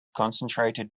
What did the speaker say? concentrated